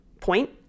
point